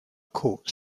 caught